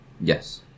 Yes